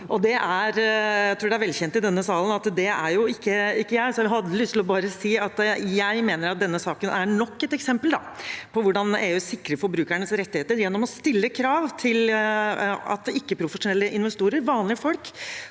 det er velkjent i denne salen at det er ikke jeg, så jeg hadde bare lyst til å si at jeg mener denne saken er nok et eksempel på hvordan EU sikrer forbrukernes rettigheter gjennom å stille krav til at ikke-profesjonelle investorer, vanlige folk,